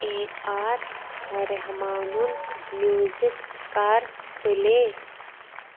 A R رحمانُن music کَر پُلے